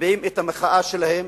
מביעים את המחאה שלהם